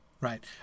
Right